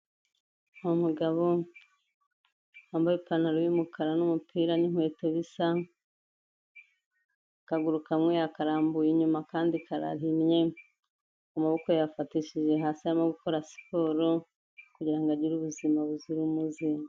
Umugabo wambaye ipantaro y'umukara n'umupira n'inkweto bisa, akaguru kamwe yakarambuye inyuma akandi karahinnye, amaboko yayafatishije hasi arimo gukora siporo kugira ngo agire ubuzima buzira umuze.